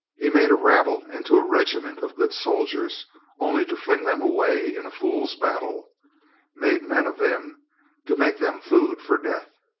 he made a rabble into a regiment of good soldiers only to fling them away in a fool's battle made men of them to make them food for death.